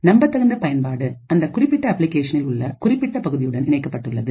நம்பத்தகுந்த பயன்பாடு அந்த குறிப்பிட்ட அப்ளிகேஷனில் உள்ள குறிப்பிட்ட பகுதியுடன் இணைக்கப்பட்டுள்ளது